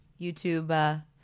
YouTube